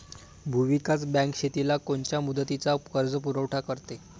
भूविकास बँक शेतीला कोनच्या मुदतीचा कर्जपुरवठा करते?